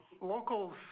Locals